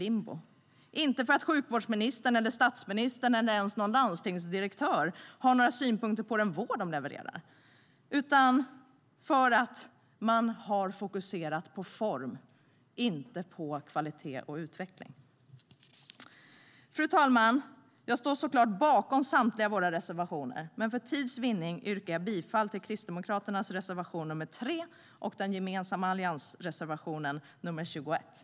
Det är inte för att sjukvårdsministern, statsministern eller ens någon landstingsdirektör har några synpunkter på den vård som de levererar, utan därför att man har fokuserat på form, inte på kvalitet och utveckling.